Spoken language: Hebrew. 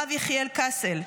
הרב יחיאל קסל,